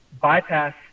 bypass